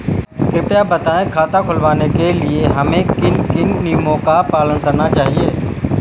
कृपया बताएँ खाता खुलवाने के लिए हमें किन किन नियमों का पालन करना चाहिए?